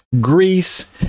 greece